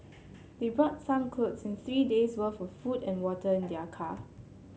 they brought some clothes and three days' worth of food and water in their car